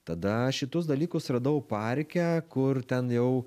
tada šituos dalykus radau parke kur ten jau